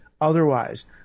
otherwise